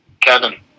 Kevin